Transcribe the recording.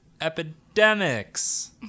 epidemics